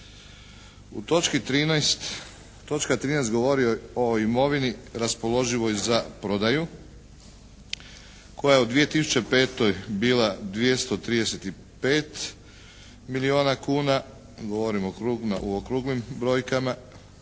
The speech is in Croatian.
Točka 13. govori o imovini raspoloživoj za prodaju koja je u 2005. bila 235 milijuna kuna, govorim u okruglim brojkama,